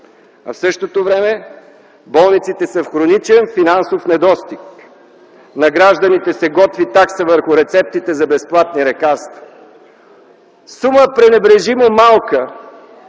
В същото време болниците са в хроничен финансов дефицит, на гражданите се готви такса върху рецептите за безплатни лекарства. Сума – пренебрежимо малка,